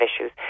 issues